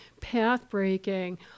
pathbreaking